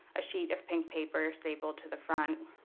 a sheet of pink paper stapled to the front.